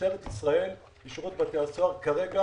משטרת ישראל ושירות בתי הסוהר כרגע